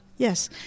Yes